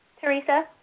Teresa